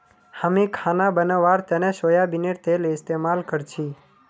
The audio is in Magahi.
हामी खाना बनव्वार तने सोयाबीनेर तेल इस्तेमाल करछी